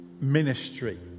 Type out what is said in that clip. ministry